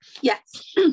Yes